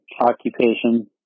occupation